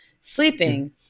sleeping